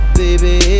baby